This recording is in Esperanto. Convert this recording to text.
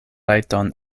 rajton